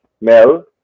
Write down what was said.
Mel